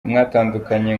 mwatandukanye